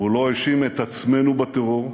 הוא לא האשים את עצמנו בטרור.